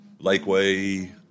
Lakeway